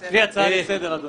יש הצעות לסדר אדוני.